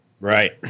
Right